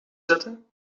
zetten